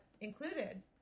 included